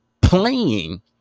playing